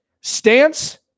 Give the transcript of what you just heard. Stance